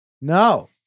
No